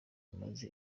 amaze